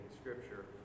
Scripture